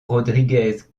rodríguez